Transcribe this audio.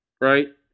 right